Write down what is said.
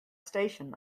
station